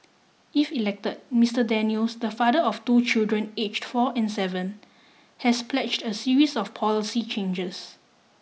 if elected Mister Daniels the father of two children aged four and seven has pledged a series of policy changes